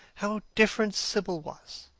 how different sibyl was!